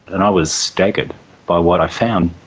and i was staggered by what i found.